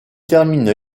termine